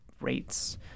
rates